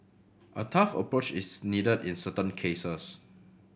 a tough approach is needed in certain cases